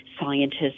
scientists